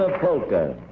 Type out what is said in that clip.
Polka